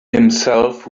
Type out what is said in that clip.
himself